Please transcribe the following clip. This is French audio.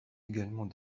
également